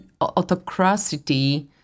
autocracy